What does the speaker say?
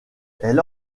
elle